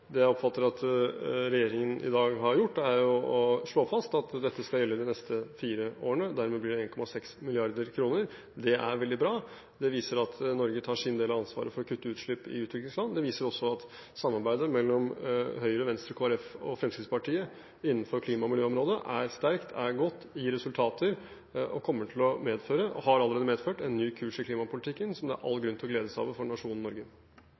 Det jeg oppfatter at regjeringen i dag har gjort, er å slå fast at dette skal gjelde de neste fire årene, dermed blir det 1,6 mrd. kr. Det er veldig bra. Det viser at Norge tar sin del av ansvaret for å kutte utslipp i utviklingsland. Det viser også at samarbeidet mellom Høyre, Venstre, Kristelig Folkeparti og Fremskrittspartiet innenfor klima- og miljøområdet er sterkt, er godt, gir resultater og allerede har medført en ny kurs i klimapolitikken som det er all grunn til å glede seg over for nasjonen Norge.